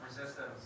Resistance